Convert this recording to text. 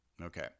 Okay